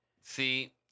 See